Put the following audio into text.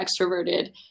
extroverted